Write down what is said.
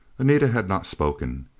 anita had not spoken.